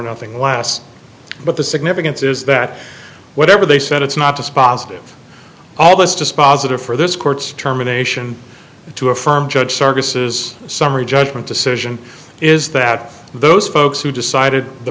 nothing less but the significance is that whatever they said it's not dispositive all of us dispositive for this court's germination to affirm judge services summary judgment decision is that those folks who decided the